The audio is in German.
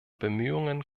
bemühungen